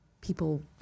People